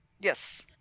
Yes